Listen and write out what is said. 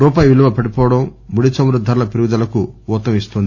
రూపాయి విలువ పడిపోవడం ముడి చమురు ధరల పెరుగుదలకు ఊతం ఇస్తోంది